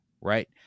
Right